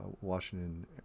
Washington